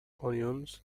onions